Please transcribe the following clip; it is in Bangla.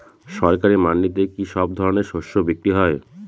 সরকারি মান্ডিতে কি সব ধরনের শস্য বিক্রি হয়?